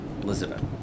Elizabeth